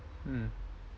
mm